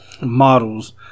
models